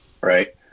right